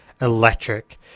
electric